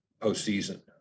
postseason